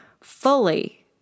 fully